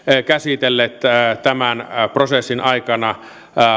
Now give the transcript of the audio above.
käsitelleet tämän prosessin aikana